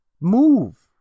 Move